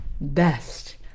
best